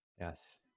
Yes